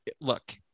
look